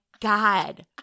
God